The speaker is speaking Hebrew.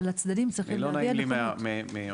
אבל הצדדים צריכים להביע נכונות --- לא נעים לי